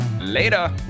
later